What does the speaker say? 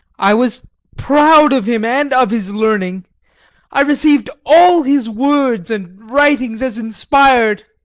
i was proud of him and of his learning i received all his words and writings as inspired,